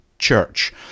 church